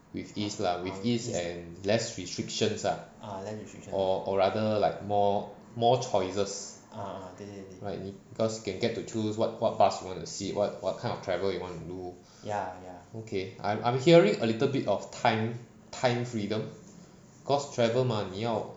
with ease lah with ease and less restrictions lah or or rather like more choices right 你 cause can get to choose what bus you want to sit what kind of travel you want to do okay I'm hearing a little bit of time time freedom cause travel mah 你要